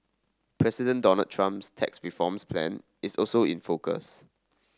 President Donald Trump's tax reforms plan is also in focus